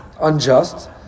unjust